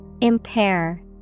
Impair